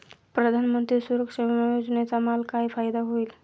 प्रधानमंत्री सुरक्षा विमा योजनेचा मला काय फायदा होईल?